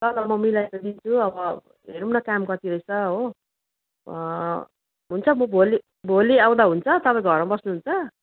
ल ल म मिलाई त दिन्छु अब हेौँ न काम कति रहेछ हो हुन्छ म भोलि भोलि आउँदा हुन्छ तपाईँ घरमा बस्नुहुन्छ